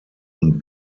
und